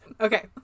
Okay